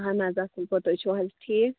اَہَن حظ اصٕل پٲٹھۍ تُہۍ چھُو حظ ٹھیٖک